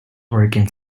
working